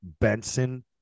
Benson